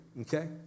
okay